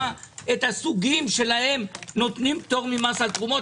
את הסוגים שלהם נותנים פטור ממס על תרומות?